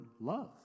love